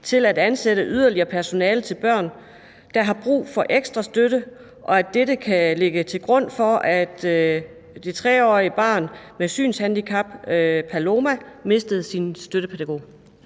til at ansætte yderligere personale til børn, der har brug for ekstra støtte, og at dette kan ligge til grund for, at det 3-årige barn med synshandicap, Paloma, mistede sin støttepædagog?